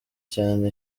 cyane